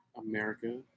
America